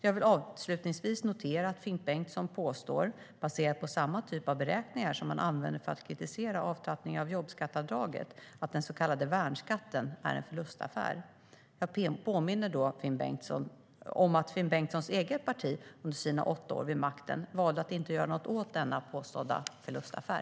Jag vill avslutningsvis notera att Finn Bengtsson påstår, baserat på samma typ av beräkningar som han använder för att kritisera avtrappningen av jobbskattevadraget, att den så kallade värnskatten är en förlustaffär. Jag påminner då om att Finn Bengtssons eget parti under sina åtta år vid makten valde att inte göra något åt denna påstådda förlustaffär.